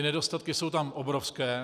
Nedostatky jsou tam obrovské.